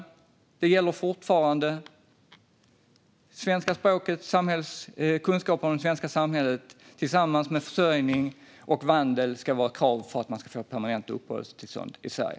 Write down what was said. Fortfarande anser vi att det ska ställas krav på kunskaper i svenska språket och om det svenska samhället tillsammans med krav på försörjning och vandel för att man ska få permanent uppehållstillstånd i Sverige.